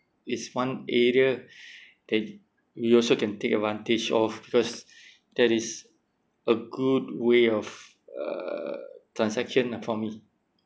is one area that we also can take advantage of because that is a good way of uh transaction lah for me